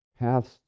paths